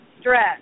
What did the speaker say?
stress